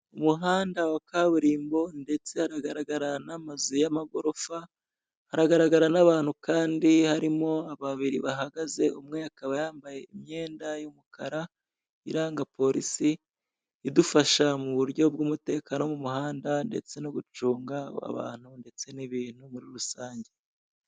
Umuhanda wa kaburimbo, ndetse hagaragararana n'amazu y'amagorofa hagaragara n'abantu kandi harimo babiri bahagaze, umwe akaba yambaye imyenda y'umukara, iranga polisi, idufasha mu buryo bw'umutekano wo mu muhanda, ndetse no gucunga abantu ndetse n'ibintu muri rusange.